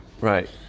Right